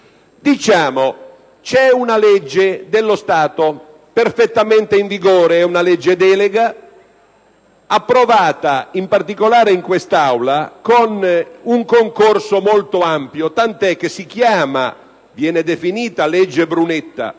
c'è una legge delega dello Stato perfettamente in vigore, approvata in particolare in quest'Aula con un concorso molto ampio, tant'è che viene definita legge Brunetta,